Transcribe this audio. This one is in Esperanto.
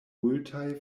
multaj